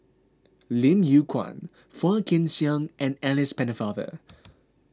Lim Yew Kuan Phua Kin Siang and Alice Pennefather